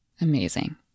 Amazing